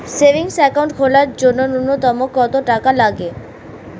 Savings account খোলার জন্য নূন্যতম কত টাকা লাগবে?